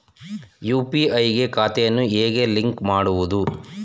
UPI ಗೆ ಖಾತೆಯನ್ನು ಹೇಗೆ ಲಿಂಕ್ ಮಾಡುವುದು?